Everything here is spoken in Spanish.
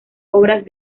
obras